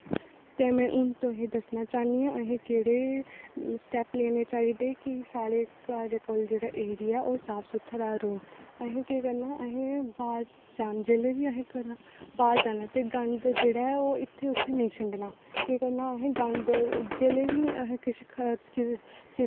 ते में तुंदे कन्नै अपना एक्सपीरियंस शेयर करना चाहंदी आं ते मिगी कनेहा लग्गेआ जे जेल्लै में मते लोकें आस्तै रुट्टी बनाई ते एह् गल्ल में तुसेंगी सनान्नी आं कि साढ़े घर हा फैमिली फंक्शन ते जियां दिवाली ही ते असें बुलाए दे हे गैस्ट ते में बनानी ही रुट्टी ते मेरे कन्नै केह् होआ कि टैम बी घट्ट हा ते